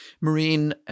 marine